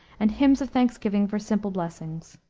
and hymns of thanksgiving for simple blessings.